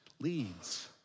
leads